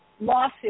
lawsuit